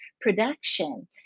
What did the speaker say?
production